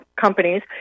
companies